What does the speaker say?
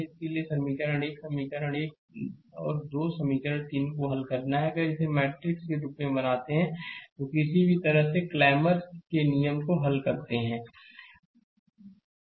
इसलिए समीकरण 1 समीकरण 1 2 और समीकरण 3 को हल करना है अगर इसे मैट्रिक्स के रूप में बनाते हैं और किसी भी तरह से क्लैमर Clammer's ruleके नियम को हल करते हैं